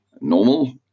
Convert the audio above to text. normal